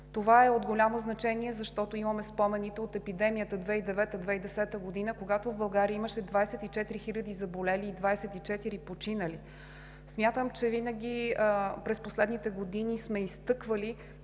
Това е от голямо значение, защото имаме спомените от епидемията 2009 – 2010 г., когато в България имаше 24 000 заболели и 24 починали. Смятам, че винаги през последните години сме изтъквали